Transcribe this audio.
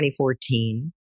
2014